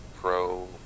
Pro